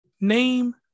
name